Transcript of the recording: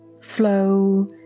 flow